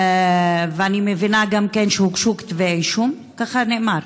ואני מבינה שגם הוגשו כתבי אישום, ככה נאמר.